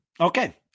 Okay